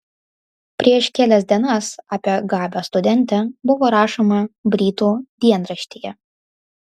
prieš kelias dienas apie gabią studentę buvo rašoma britų dienraštyje